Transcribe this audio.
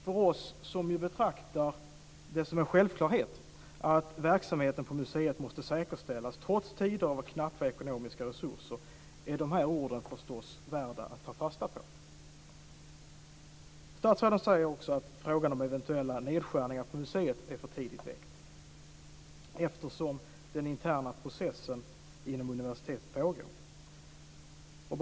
För oss som betraktar det som en självklarhet att verksamheten på museet måste säkerställas, trots tider av knappa ekonomiska resurser, är de här orden förstås värda att ta fasta på. Statsrådet sade också att frågan om eventuella nedskärningar vid museet är för tidigt väckt, eftersom den interna processen inom universitetet pågår.